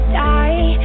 die